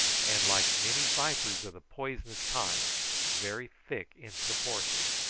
and like many vipers of the poisonous kinds, very thick in proportion.